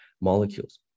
molecules